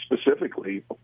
specifically